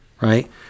right